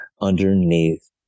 underneath